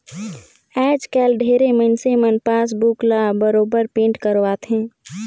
आयज कायल ढेरे मइनसे मन पासबुक ल बरोबर पिंट करवाथे